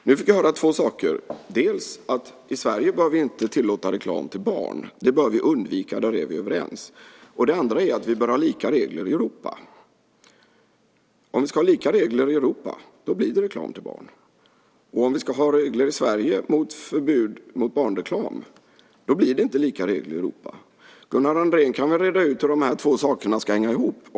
Nu fick jag höra två saker. Det var för det första att i Sverige bör vi inte tillåta reklam till barn. Det bör vi undvika; där är vi överens. För det andra var det att vi bör ha lika regler i Europa. Om vi ska ha lika regler i Europa så blir det reklam till barn. Om vi ska ha regler i Sverige om förbud mot barnreklam så blir det inte lika regler i Europa. Gunnar Andrén kan väl reda ut hur de här två sakerna ska hänga ihop?